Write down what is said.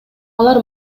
алар